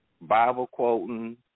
Bible-quoting